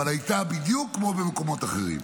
הייתה בדיוק כמו במקומות אחרים.